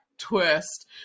twist